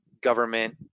government